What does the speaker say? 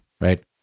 right